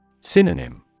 Synonym